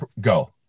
go